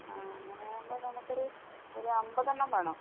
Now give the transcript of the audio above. ആ അങ്ങനെ ആകുമ്പം നമുക്ക് ഒരു ഒര് അമ്പതെണ്ണം വേണം